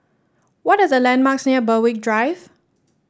what are the landmarks near Berwick Drive